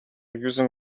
using